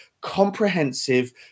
comprehensive